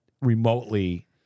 remotely